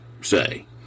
say